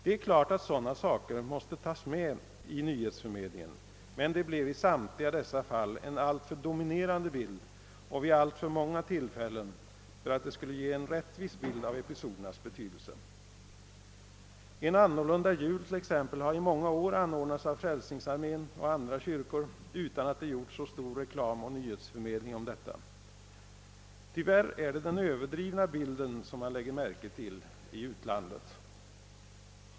Det är klart att sådana saker måste tagas med i nyhetsförmedlingen, men i samtliga dessa fall blev det en alltför dominerande bild och vid alltför många tillfällen för att någorlunda rättvist spegla episodernas betydelse. ; En annorlunda jul t.ex. har i många år anordnats av Frälsningsarmén och andra kyrkor utan att det gjorts så stor reklam och nyhetsförmedling om detta. Tyvärr är det den överdrivna bilden som man lägger märke till i utlandet..